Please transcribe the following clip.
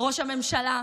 ראש הממשלה,